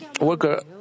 worker